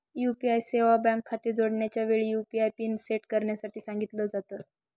UPI सेवा bank खाते जोडण्याच्या वेळी, यु.पी.आय पिन सेट करण्यासाठी सांगितल जात